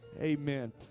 amen